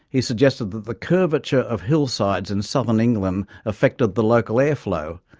he suggested that the curvature of hillsides in southern england affected the local airflow,